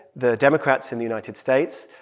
the democrats in the united states,